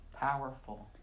Powerful